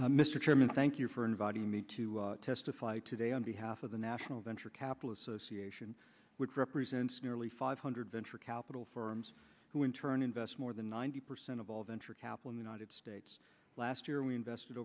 chairman thank you for inviting me to testify today on behalf of the national venture capital association which represents nearly five hundred venture capital firms who in turn invest more than ninety percent of all venture capital in the united states last year we invested